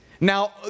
Now